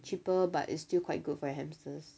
cheaper but it's still quite good for your hamsters